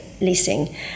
leasing